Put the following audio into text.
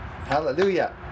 Hallelujah